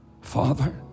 Father